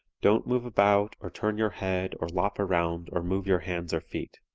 don't move about or turn your head or lop around or move your hands or feet.